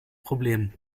problem